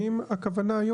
הכוונה?